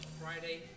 Friday